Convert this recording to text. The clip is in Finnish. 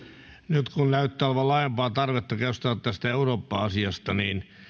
nyt kun näyttää olevan laajempaa tarvetta keskustella tästä eurooppa asiasta niin